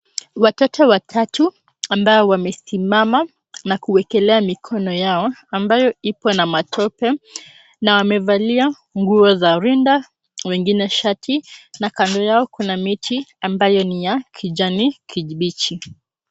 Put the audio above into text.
Watoto watatu ambao wamesimama, na kuwekelea mikono yao ambayo ipo na matope, na wamevalia nguo za rinda, wengine shati na kando yao kuna miti ambayo ni ya kijani kibichi.